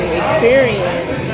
experience